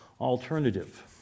alternative